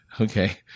okay